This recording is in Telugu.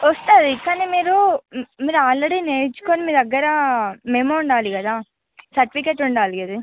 వస్తుంది కానీ మీరు మీరు ఆల్రెడీ నేర్చుకుని మీ దగ్గర మెమో ఉండాలి కదా సర్టిఫికెట్ ఉండాలి కదా ఇది